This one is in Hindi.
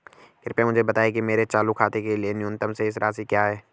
कृपया मुझे बताएं कि मेरे चालू खाते के लिए न्यूनतम शेष राशि क्या है?